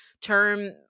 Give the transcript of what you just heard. term